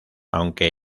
aunque